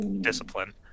discipline